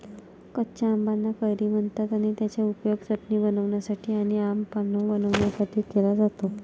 कच्या आंबाना कैरी म्हणतात आणि त्याचा उपयोग चटणी बनवण्यासाठी आणी आम पन्हा बनवण्यासाठी केला जातो